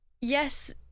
yes